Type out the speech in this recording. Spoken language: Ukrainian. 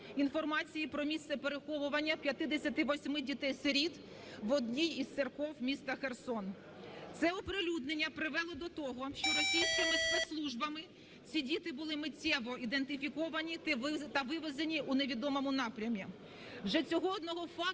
інформації про місце переховування 58 дітей-сиріт в одній із церков міста Херсона. Це оприлюднення привело до того, що російськими спецслужбами ці діти були миттєво ідентифіковані та вивезені у невідомому напрямі.